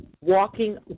walking